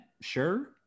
sure